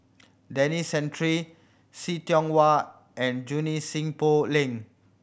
Denis Santry See Tiong Wah and Junie Sng Poh Leng